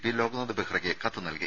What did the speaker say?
P Loknath ബെഹ്റയ്ക്ക് കത്ത് നൽകി